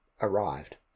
arrived